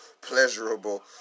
pleasurable